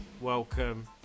Welcome